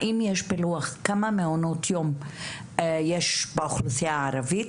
האם יש פילוח כמה מעונות יום יש באוכלוסייה הערבית,